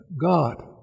God